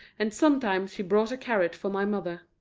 and sometimes he brought a carrot for my mother.